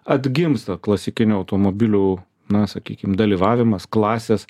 atgimsta klasikinių automobilių na sakykim dalyvavimas klasės